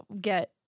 get